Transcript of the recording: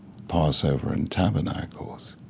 passover and tabernacles,